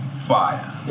Fire